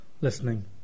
Listening